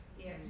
Yes